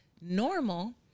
normal